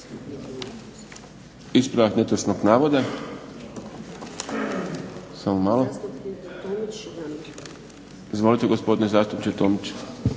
Ispravak netočnog navoda, izvolite gospodine zastupniče Tomić.